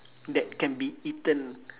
that can be eaten